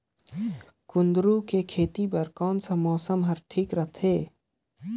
कुंदूरु के खेती बर कौन सा मौसम हवे ठीक रथे?